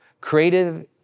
Creative